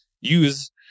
use